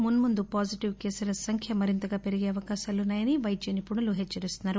మున్ముందు పాజిటివ్ కేసుల సంఖ్య మరింతగా పెరిగే అవకాశాలున్నాయని వైద్య నిపుణులు హెచ్చరిస్తున్నారు